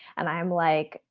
and i'm like,